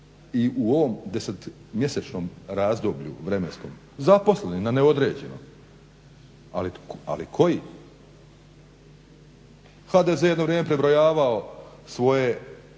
i u ovom 10-mjesečnom razdoblju vremenskom zaposleni na neodređeno, ali koji. HDZ je jedno vrijeme prebrojavao svoje